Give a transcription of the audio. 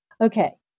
okay